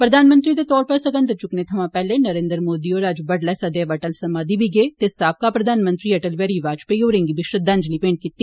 प्रधानमंत्री दे तौर पर सगंध चुक्कने सवां पैहले नरेंद्र मोदी होर अज्ज बड्डलै सदैव अटल समाधि बी गे ते साबका प्रधानमंत्री अटल बिहारी बाजपेई होरें गी बी श्रद्दांजलि अर्पित कीती